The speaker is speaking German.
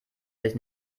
sich